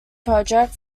project